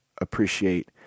appreciate